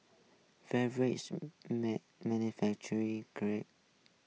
beverage manufacturer great